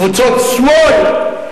קבוצות שמאל.